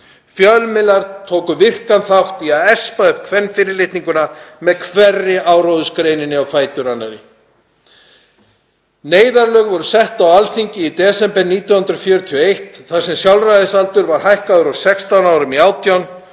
Fjölmiðlar tóku virkan þátt í að espa upp kvenfyrirlitninguna með hverri áróðursgreininni á fætur annarri. Neyðarlög voru sett á Alþingi í desember 1941 þar sem sjálfræðisaldurinn var hækkaður úr 16 árum í 18.